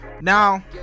Now